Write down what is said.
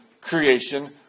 creation